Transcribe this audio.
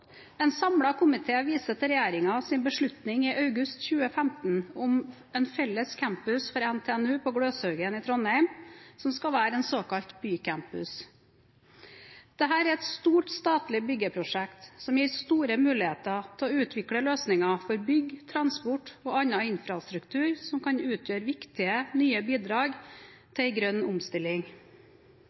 En samlet komité viser til regjeringens beslutning i august 2015 om en felles campus for NTNU på Gløshaugen i Trondheim, som skal være en såkalt bycampus. Dette er et stort statlig byggeprosjekt som gir store muligheter til å utvikle løsninger for bygg, transport og annen infrastruktur som kan utgjøre viktige nye bidrag til en grønn omstilling.